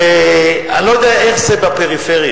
אני לא יודע איך זה בפריפריה.